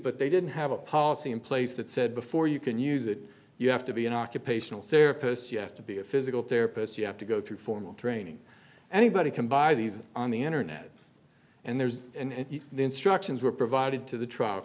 but they didn't have a policy in place that said before you can use it you have to be an occupational therapist you have to be a physical therapist you have to go through formal training anybody can buy these on the internet and there's and the instructions were provided to the trial